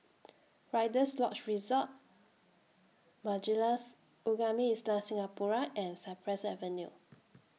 Rider's Lodge Resort Majlis Ugama Islam Singapura and Cypress Avenue